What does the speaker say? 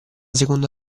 seconda